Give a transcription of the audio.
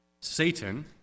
Satan